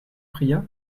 priya